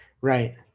right